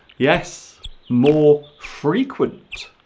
yes more frequent